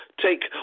take